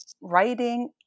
writing